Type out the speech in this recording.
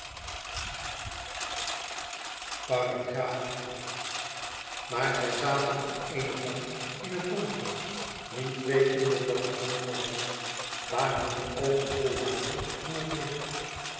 maar zij zaten op eene bank in het donker niet wetende dat het donker was daar hunne oogen vol waren van het licht